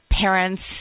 parents